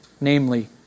namely